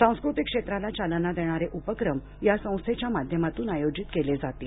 सांस्कृतिक क्षेत्राला चालना देणारे उपक्रम या संस्थेच्या माध्यमातून आयोजित केले जातील